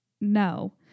No